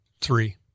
Three